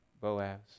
Boaz